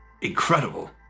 Incredible